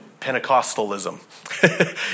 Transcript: Pentecostalism